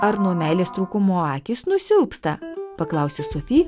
ar nuo meilės trūkumo akys nusilpsta paklausė sofi